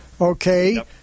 okay